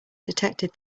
detected